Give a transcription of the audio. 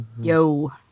Yo